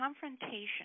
confrontation